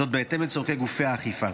זאת בהתאם לצורכי גופי האכיפה.